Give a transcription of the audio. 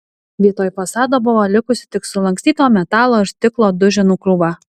vietoj fasado buvo likusi tik sulankstyto metalo ir stiklo duženų krūva